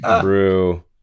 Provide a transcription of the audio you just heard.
brew